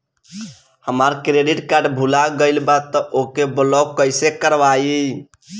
हमार credit card भुला गएल बा त ओके ब्लॉक कइसे करवाई?